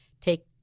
take